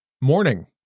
Morning